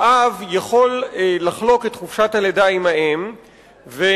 האב יכול לחלוק את חופשת הלידה עם האם ולהחליף